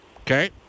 Okay